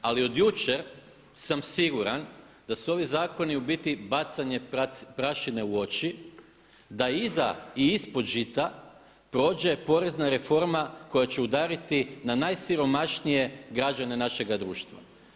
Ali od jučer sam siguran da su ovi zakoni u biti bacanje prašine u oči, da iza i ispod žita prođe porezna reforma koja će udariti na najsiromašnije građane našega društva.